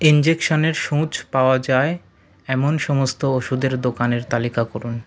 ইনজেকশানের সূঁচ পাওয়া যায় এমন সমস্ত ওষুধের দোকানের তালিকা করুন